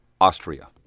Austria